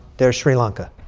there's sri lanka,